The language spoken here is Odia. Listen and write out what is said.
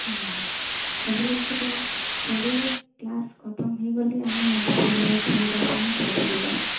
ହୁଁ କଲେଜର କଲେଜ କ୍ଲାସ୍ ଖତମ୍ ହୋଇଗଲେ ଆମେ ଦହିବରା ଖାଇବା ପାଇଁ ଚାଲି ଯିବା